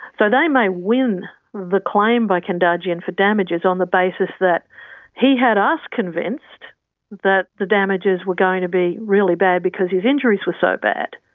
so they may win the claim by kendirjian for damages on the basis that he had us convinced that the damages were going to be really bad because his injuries were so bad.